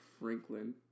Franklin